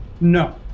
No